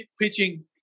pitching